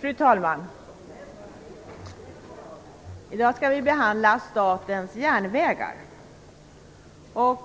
Fru talman! I dag skall vi behandla frågan om Statens järnvägar.